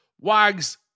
Wags